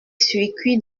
circuit